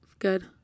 good